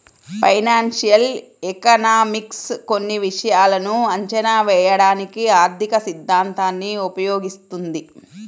financial economics కొన్ని విషయాలను అంచనా వేయడానికి ఆర్థికసిద్ధాంతాన్ని ఉపయోగిస్తుంది